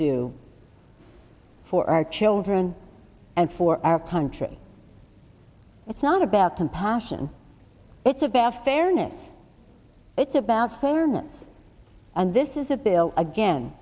do for our children and for our country it's not about compassion it's about fairness it's about herman's and this is a bill again